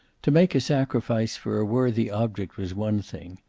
to make a sacrifice for a worthy object was one thing.